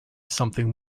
something